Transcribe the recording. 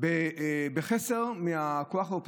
בחסר מהכוח שלנו,